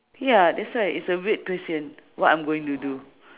ya that's why its a weird question what I'm going to do